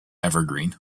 evergreen